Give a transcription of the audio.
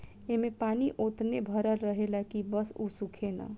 ऐमे पानी ओतने भर रहेला की बस उ सूखे ना